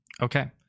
Okay